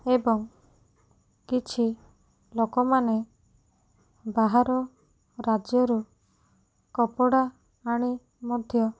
ଏବଂ କିଛି ଲୋକମାନେ ବାହାର ରାଜ୍ୟରୁ କପଡ଼ା ଆଣି ମଧ୍ୟ